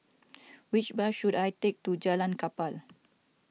which bus should I take to Jalan Kapal